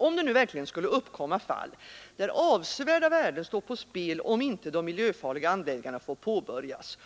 Om det verkligen skulle uppkomma fall, där avsevärda värden står på spel om inte de miljöfarliga anläggningarna får påbörjas,